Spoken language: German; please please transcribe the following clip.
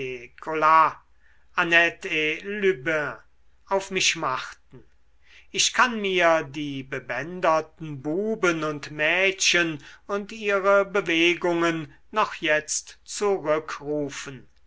auf mich machten ich kann mir die bebänderten buben und mädchen und ihre bewegungen noch jetzt zurückrufen